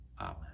Amen